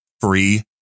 free